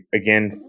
again